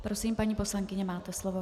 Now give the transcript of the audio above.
Prosím, paní poslankyně, máte slovo.